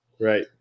Right